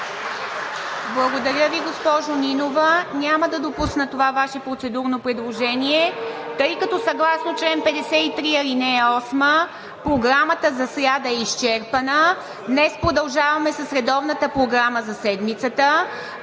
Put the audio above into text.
Благодаря Ви, госпожо Нинова. Няма да допусна това Ваше процедурно предложение, тъй като съгласно чл. 53, ал. 8 програмата за сряда е изчерпана. Днес продължаваме с редовната програма за седмицата.